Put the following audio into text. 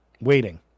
Waiting